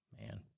Man